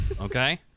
Okay